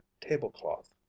tablecloth